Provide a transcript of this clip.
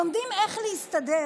לומדים איך להסתדר.